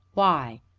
why?